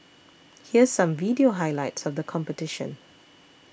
here's some video highlights of the competition